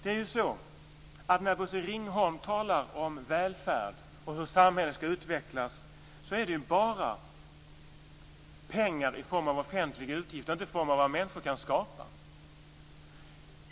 När Bosse Ringholm talar om välfärd och om hur samhället ska utvecklas gäller det bara pengar i form av offentliga utgifter och inte i form av vad människor kan skapa.